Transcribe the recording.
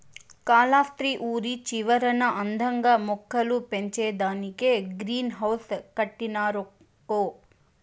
కాలస్త్రి ఊరి చివరన అందంగా మొక్కలు పెంచేదానికే గ్రీన్ హౌస్ కట్టినారక్కో